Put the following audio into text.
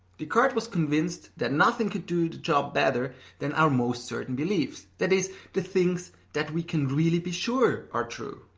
descartes was convinced that nothing could do the job better than our most certain beliefs that is, the things that we can really be sure are true.